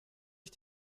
ich